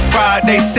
Friday